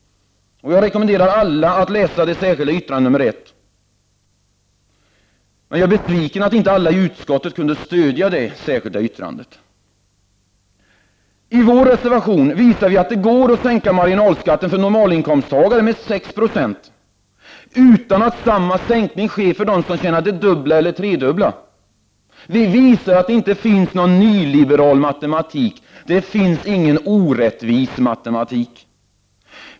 Jag rekommenderar alla att läsa det särskilda yttrandet nr 1, men jag är besviken över att inte alla i utskottet kunde stödja det. I en vpk-reservation visar vi att det går att sänka marginalskatten för normalinkomsttagare med 6 20, utan att samma sänkning sker för dem som tjänar det dubbla eller tredubbla. Vi visar att det inte finns någon nyliberal matematik — inte någon orättvis matematik.